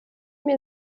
mir